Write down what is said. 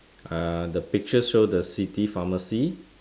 uh the picture show the city pharmacy